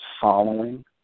following